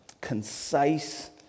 concise